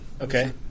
Okay